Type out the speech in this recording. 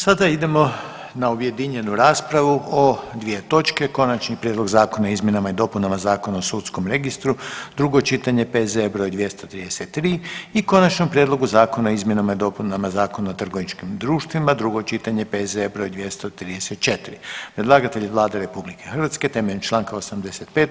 Sada idemo na objedinjenu raspravu o dvije točke: - Konačni prijedlog Zakona o izmjenama i dopunama Zakona o sudskom registru, drugo čitanje, P.Z.E. br. 233 i - Konačni prijedlog Zakona o izmjenama i dopunama Zakona o trgovačkim društvima, drugo čitanje, P.Z.E. br. 234 Predlagatelj je Vlada RH temelju čl. 85.